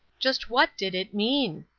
just what did it mean?